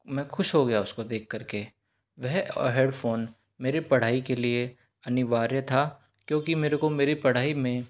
मैं खुश हो गया उसको देख कर के वह हेडफोन मेरी पढ़ाई के लिए अनिवार्य था क्योंकि मेरे को मेरी पढ़ाई में